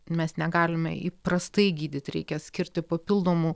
mes negalime įprastai gydyt reikia skirti papildomų